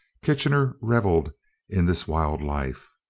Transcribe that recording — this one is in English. kitchener revelled in this wild life.